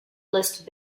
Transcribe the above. list